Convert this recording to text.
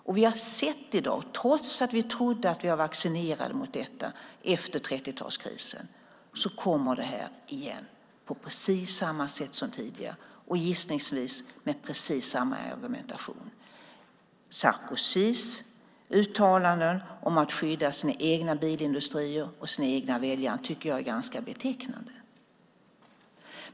Vi har i dag sett - trots att vi trodde att vi var vaccinerade mot detta efter 30-talskrisen - att det kommer igen på precis samma sätt som tidigare, gissningsvis med precis samma argumentation. Sarkozys uttalanden om att skydda sin egen bilindustri och sina egna väljare är betecknande.